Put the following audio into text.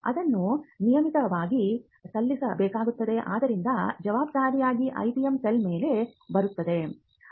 ಅದನ್ನು ನಿಯಮಿತವಾಗಿ ಸಲ್ಲಿಸಬೇಕಾಗುತ್ತದೆ ಆದ್ದರಿಂದ ಜವಾಬ್ದಾರಿ IPM ಸೆಲ್ ಮೇಲೆ ಬರುತ್ತದೆ